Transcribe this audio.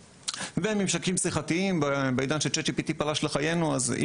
וממשקים שיחתיים בעידן שצ'אט GPT פרץ לחיינו אי